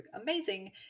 amazing